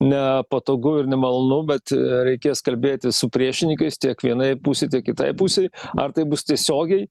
nepatogu ir nemalonu bet reikės kalbėti su priešininkais tiek vienai pusei tiek kitai pusei ar tai bus tiesiogiai